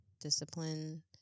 discipline